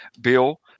Bill